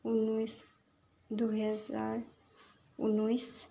ঊনৈছ দুহেজাৰ ঊনৈছ